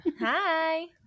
Hi